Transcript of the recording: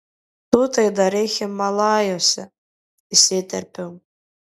tu tai darei himalajuose įsiterpiau